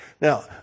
Now